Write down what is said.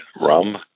rum